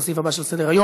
לסעיף הבא שעל סדר-היום,